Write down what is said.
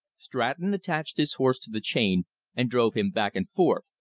stratton attached his horse to the chain and drove him back and forth,